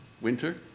winter